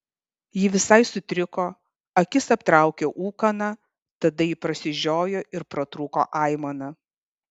ji visai sutriko akis aptraukė ūkana tada ji prasižiojo ir pratrūko aimana